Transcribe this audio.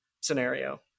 scenario